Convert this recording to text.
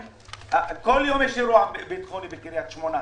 כל יום יש אירוע ביטחוני בקריית שמונה.